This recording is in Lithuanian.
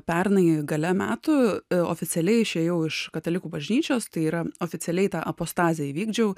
pernai gale metų oficialiai išėjau iš katalikų bažnyčios tai yra oficialiai tą apostazę įvykdžiau